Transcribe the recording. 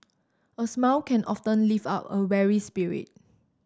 a smile can often lift up a weary spirit